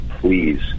please